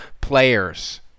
players